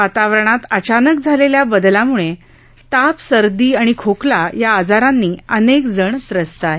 वातावरणात अचानक झालेल्या बदलामुळे ताप सर्दी आणि खोकला या आजारांनी अनेक जण व्रस्त आहेत